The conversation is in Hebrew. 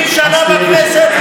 אני 20 שנה בכנסת,